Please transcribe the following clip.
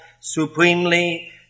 supremely